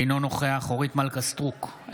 אינו נוכח אורית מלכה סטרוק,